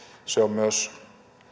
se on